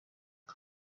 abo